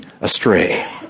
astray